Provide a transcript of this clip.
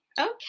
Okay